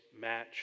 match